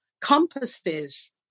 compasses